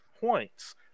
points